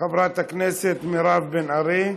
חברת הכנסת מירב בן ארי.